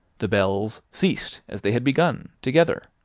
the bells ceased as they had begun, together.